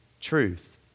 truth